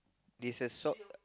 this a salt